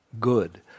good